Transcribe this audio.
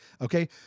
Okay